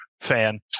fan